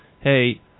hey